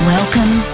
Welcome